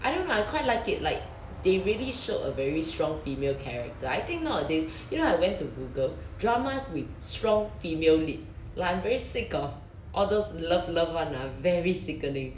I don't know ah I quite like it like they really showed a very strong female character I think nowadays you know I went to google dramas with strong female lead like I'm very sick of all those love love [one] ah very sickening